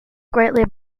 greatly